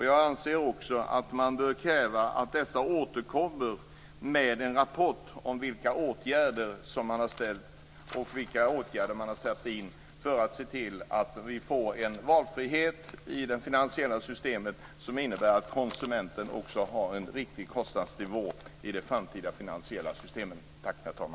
Jag anser också att man bör kräva att dessa återkommer med en rapport om vilka åtgärder man har krävt och vilka åtgärder man har satt in för att se till att vi får en valfrihet i det finansiella systemet som innebär att konsumenten också har en riktig kostnadsnivå i de framtida finansiella systemen.